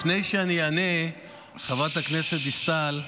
לפני שאני אענה לחברת הכנסת דיסטל,